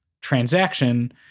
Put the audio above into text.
transaction